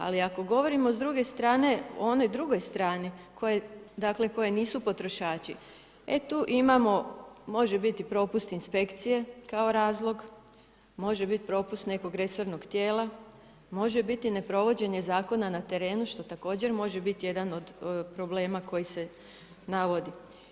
Ali ako govorimo s druge strane, o onoj drugoj strani, koje dakle, koje nisu potrošači, e tu imamo može biti propust inspekcije kao razlog, može biti propust nekog resornog tijela, može biti neprovođenje zakona na terenu, što također može biti jedan od problema koji se navodi.